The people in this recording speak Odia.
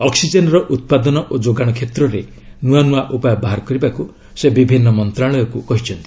ଅକ୍ଟିଜେନ୍ର ଉତ୍ପାଦନ ଓ ଯୋଗାଣ କ୍ଷେତ୍ରରେ ନୂଆ ନୂଆ ଉପାୟ ବାହାର କରିବାକୁ ସେ ବିଭିନ୍ନ ମନ୍ତ୍ରଣାଳୟକୁ କହିଛନ୍ତି